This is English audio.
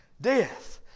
Death